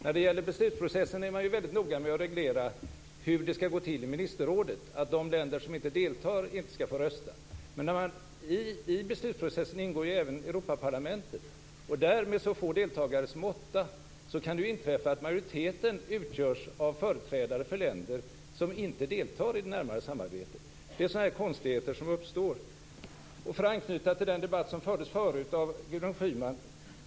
När det gäller beslutsprocessen är man ju väldigt noga med att reglera hur det ska gå till i ministerrådet - dvs. att de länder som inte deltar inte ska få rösta. Men i beslutsprocessen ingår även Europaparlamentet. Med så få deltagare som åtta kan det inträffa att majoriteten utgörs av företrädare för länder som inte deltar i det närmare samarbetet. Det är sådana konstigheter som uppstår. För att anknyta till den debatt som fördes förut av Gudrun Schyman kan jag säga följande.